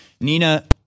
Nina